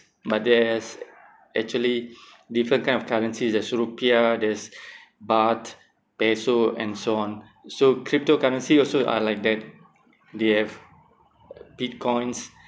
but there's actually different kind of currency there's rupiah there's baht peso and so on so cryptocurrency also are like that they have Bitcoins